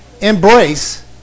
embrace